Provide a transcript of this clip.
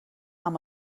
amb